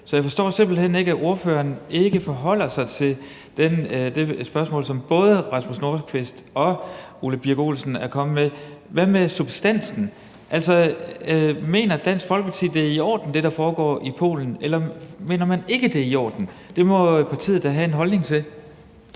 Så jeg forstår simpelt hen ikke, at ordføreren ikke forholder sig til det spørgsmål, som både Rasmus Nordqvist og Ole Birk Olesen er kommet med. Hvad med substansen? Altså, mener Dansk Folkeparti, at det, der foregår i Polen, er i orden, eller mener man ikke, det er i orden? Det må partiet da have en holdning til.